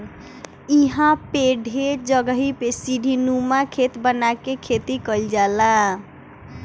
इहां पे ढेर जगही पे सीढ़ीनुमा खेत बना के खेती कईल जाला